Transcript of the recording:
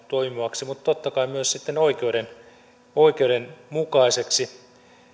toimivaksi mutta totta kai myös sitten oikeudenmukaiseksi